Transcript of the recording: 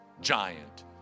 giant